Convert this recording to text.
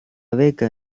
beca